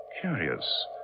Curious